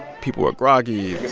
people were groggy